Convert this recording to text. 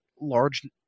large